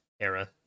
era